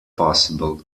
possible